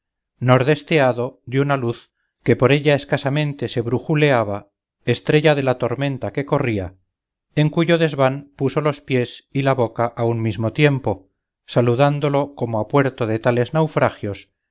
confinante nordesteado de una luz que por ella escasamente se brujuleaba estrella de la tormenta que corría en cuyo desván puso los pies y la boca a un mismo tiempo saludándolo como a puerto de tales naufragios